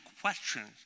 questions